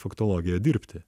faktologija dirbti